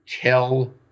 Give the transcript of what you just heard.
tell